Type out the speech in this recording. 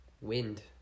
wind